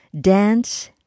dance